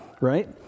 right